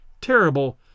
terrible